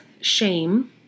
shame